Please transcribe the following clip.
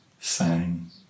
sang